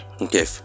okay